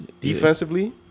defensively